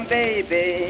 baby